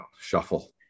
shuffle